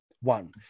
one